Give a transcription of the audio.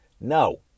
No